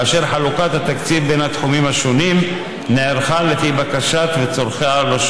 כאשר חלוקת התקציב בין התחומים השונים נערכה לפי בקשת הרשות וצרכיה.